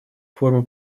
формы